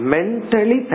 Mentally